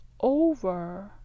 over